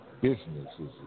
businesses